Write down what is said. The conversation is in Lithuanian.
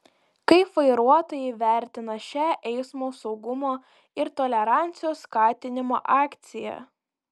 kaip vairuotojai vertina šią eismo saugumo ir tolerancijos skatinimo akciją